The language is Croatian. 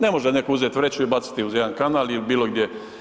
Ne može neko uzeti vreću i baciti je u jedan kanal i bilo gdje.